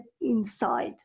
inside